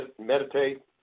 meditate